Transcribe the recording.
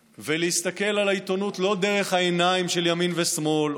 ולהסתכל על העיתונות לא דרך העיניים של ימין ושמאל,